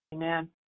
Amen